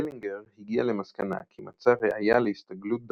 דלינגר הגיע למסקנה כי מצא ראיה להסתגלות דרוויניסטית,